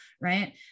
right